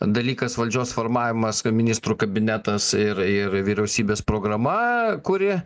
dalykas valdžios formavimas ministrų kabinetas ir ir vyriausybės programa kuri